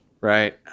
Right